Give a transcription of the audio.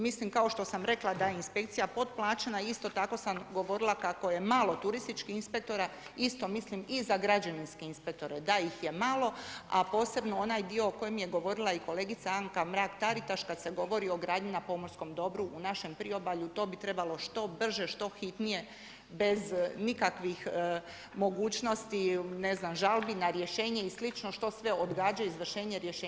Mislim, kao što sam rekla da je inspekcija potplaćena, isto tako sam govorila kako je malo turističkih inspektora, isto mislim i za građevinske inspektore, da ih je malo, a posebno onaj dio o kojem je govorila i kolegica Anka Mrak-Taritaš kad se govori o gradnji na pomorskom dobru na našem priobalju, to bi trebalo što brže, što hitnije bez nikakvih mogućnosti, ne znam, žalbi na rješenje i slično, što sve odgađa izvršenje rješenja djelovati.